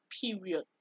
Period